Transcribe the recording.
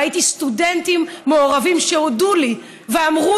ראיתי סטודנטים מעורבים שהודו לי ואמרו